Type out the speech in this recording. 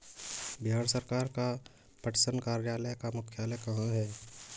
बिहार सरकार का पटसन कार्यालय का मुख्यालय कहाँ है?